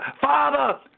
Father